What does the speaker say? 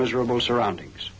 miserable surroundings